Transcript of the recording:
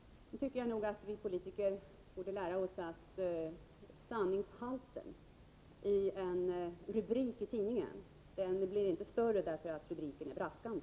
Vi politiker borde lära oss att sanningshalten i en tidningsrubrik inte blir större bara därför att rubriken är braskande.